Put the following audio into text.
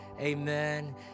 amen